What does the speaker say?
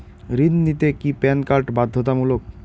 ঋণ নিতে কি প্যান কার্ড বাধ্যতামূলক?